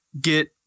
Get